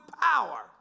power